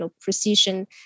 precision